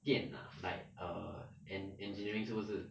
电 ah like err and engineering 是不是